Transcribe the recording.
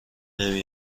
نمی